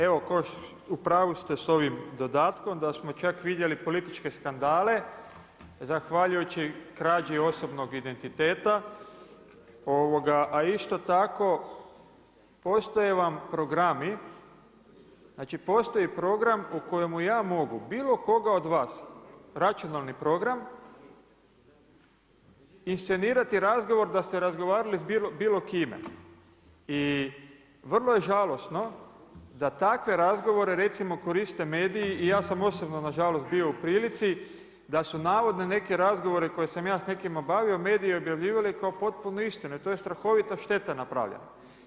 Evo, u pravu ste s ovim dodatkom da smo čak vidjeli političke skandale zahvaljujući krađi osobnog identiteta a isto tako postoje vam programi, znači postoji program u kojemu ja mogu bilo koga od vas računalni program inscenirati razgovor da ste razgovarali s bilo kime i vrlo je žalosno da takve razgovore recimo koriste mediji, i ja sam osobno nažalost bio u prilici da su navodne neke razgovore koje sam ja s nekim obavio mediji objavljivali kao potpuno istinu i tu je strahovita šteta napravljena.